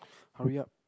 hurry up